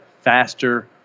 faster